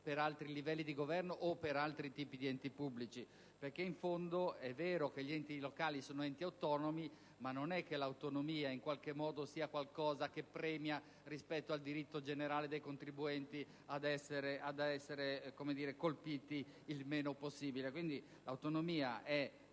per altri livelli di governo o per altri tipi di enti pubblici. Questo perché, in fondo, è vero che gli enti locali sono enti autonomi, ma l'autonomia non è qualcosa che in qualche modo premia rispetto al diritto generale dei contribuenti ad essere colpiti il meno possibile. Quindi, l'autonomia è